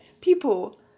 people